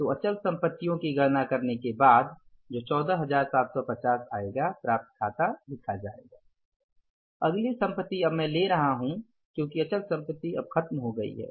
तो अचल संपत्तियों की गणना करने के बाद जो १४७५० आएगा प्राप्य खाता लिखा जायेगा अगली संपत्ति अब मैं ले रहा हूं क्योंकि अचल संपत्ति अब खत्म हो गई है